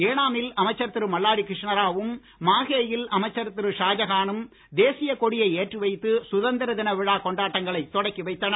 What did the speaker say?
ஏனாமில் அமைச்சர் திரு மல்லாடி கிருஷ்ணராவும் மாகேயில் அமைச்சர் திரு ஷாஜகானும் தேசிய கொடியை ஏற்றி வைத்து சுதந்திர தின விழா கொண்டாட்டங்களை தொடக்கி வைத்தனர்